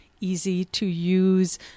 easy-to-use